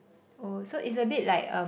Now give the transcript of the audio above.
oh so it's a bit like um